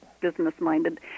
business-minded